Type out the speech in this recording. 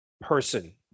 Person